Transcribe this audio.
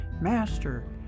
Master